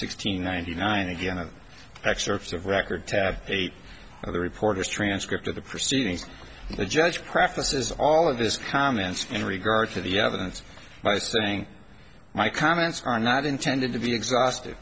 sixteen ninety nine again an excerpt of record tab eight of the reporter's transcript of the proceedings the judge practices all of his comments in regard to the evidence by saying my comments are not intended to be exhaust